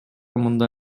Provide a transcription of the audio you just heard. мындай